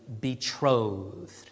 betrothed